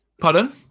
Pardon